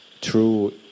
true